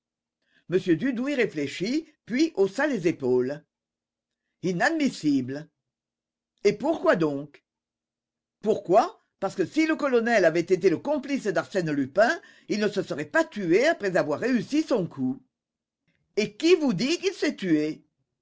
m dudouis réfléchit puis haussa les épaules inadmissible et pourquoi donc pourquoi parce que si le colonel avait été le complice d'arsène lupin il ne se serait pas tué après avoir réussi son coup et qui vous dit qu'il s'est tué